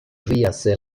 ríase